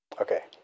Okay